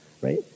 right